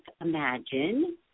imagine